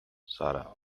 sarah